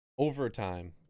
Overtime